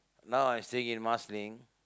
now I stay in Marsiling